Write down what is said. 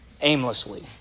aimlessly